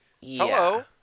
hello